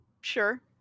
sure